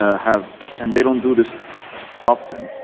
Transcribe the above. ah have. and they don't do this often,